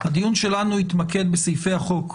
הדיון שלנו יתמקד בסעיפי החוק,